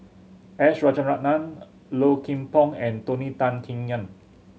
S Rajaratnam Low Kim Pong and Tony Tan Keng Yam